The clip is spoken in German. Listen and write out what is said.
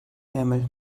ärmel